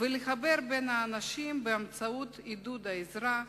ולחבר בין האנשים באמצעות עידוד העזרה,